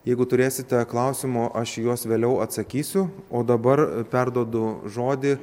jeigu turėsite klausimų aš juos vėliau atsakysiu o dabar perduodu žodį